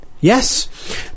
yes